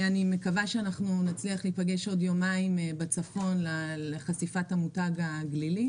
אני מקווה שאנחנו נצליח להיפגש בעוד יומיים בצפון לחשיפת המותג הגלילי.